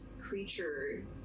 creature